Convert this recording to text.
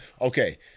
Okay